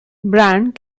brand